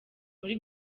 muri